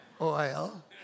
oil